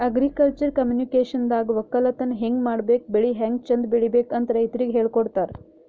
agriculture ಕಮ್ಯುನಿಕೇಷನ್ದಾಗ ವಕ್ಕಲತನ್ ಹೆಂಗ್ ಮಾಡ್ಬೇಕ್ ಬೆಳಿ ಹ್ಯಾಂಗ್ ಚಂದ್ ಬೆಳಿಬೇಕ್ ಅಂತ್ ರೈತರಿಗ್ ಹೇಳ್ಕೊಡ್ತಾರ್